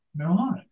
marijuana